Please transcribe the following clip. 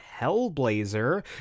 Hellblazer